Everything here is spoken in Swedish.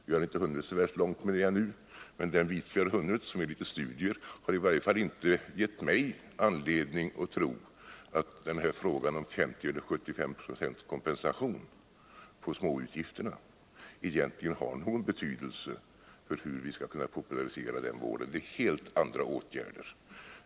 Vi har inte hunnit så värst långt med det ännu, men den bit som vi har hunnit med — som är lite studier — har i varje fall inte gett mig anledning tro att den här frågan om 50 eller 75 90 kompensation för småutgifterna egentligen har någon betydelse för hur vi skall kunna popularisera den vården, utan det är helt andra åtgärder.